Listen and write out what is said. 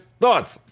thoughts